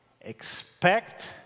expect